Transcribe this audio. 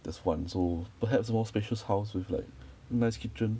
that's one so perhaps more spacious house with like nice kitchen